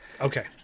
Okay